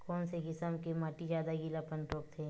कोन से किसम के माटी ज्यादा गीलापन रोकथे?